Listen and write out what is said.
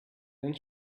then